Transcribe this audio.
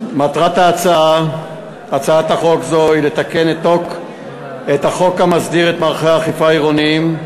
מטרת הצעת חוק זו היא לתקן את החוק המסדיר את מערכי האכיפה העירוניים,